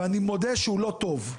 ואני מודה שהוא לא טוב,